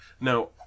Now